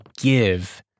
give